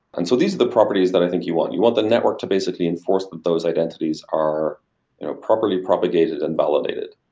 and so these are the properties that i think you want. you want the network to basically enforce but those identities are you know properly propagated and validated.